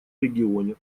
регионе